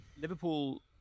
Liverpool